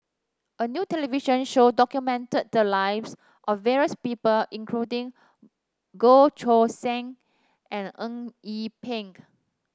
a new television show documented the lives of various people including Goh Choo San and Eng Yee Peng